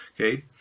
Okay